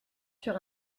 sur